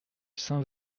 saint